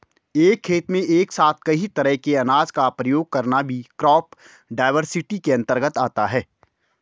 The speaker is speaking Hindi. एक खेत में एक साथ कई तरह के अनाज का प्रयोग करना भी क्रॉप डाइवर्सिटी के अंतर्गत आता है